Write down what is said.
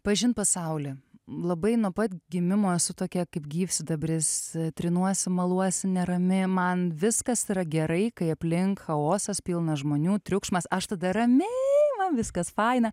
pažint pasaulį labai nuo pat gimimo esu tokia kaip gyvsidabris trinuosi maluosi nerami man viskas yra gerai kai aplink chaosas pilna žmonių triukšmas aš tada rami viskas faina